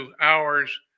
hours